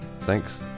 Thanks